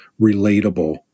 relatable